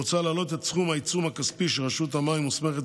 מוצע להעלות את סכום העיצום הכספי שרשות המים מוסמכת